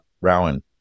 rowan